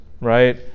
right